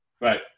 Right